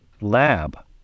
lab